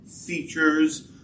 features